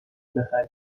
بخریم